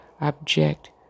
object